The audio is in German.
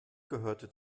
gehörte